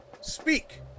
Speak